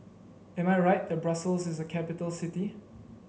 am I right that Brussels is a capital city